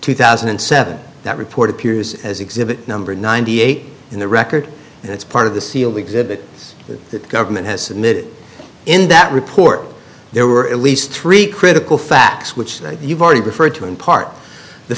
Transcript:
two thousand and seven that report appears as exhibit number ninety eight in the record that's part of the sealed exhibit that the government has submitted in that report there were at least three critical facts which you've already referred to in part the